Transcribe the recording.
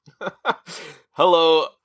Hello